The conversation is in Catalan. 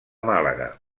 màlaga